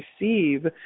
receive